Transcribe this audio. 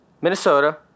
Minnesota